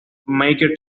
maker